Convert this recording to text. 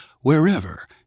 wherever